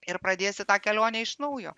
ir pradėsi tą kelionę iš naujo